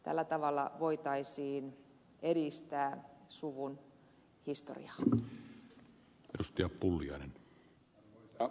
tällä tavalla voitaisiin edistää suvun historiaa